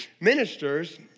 ministers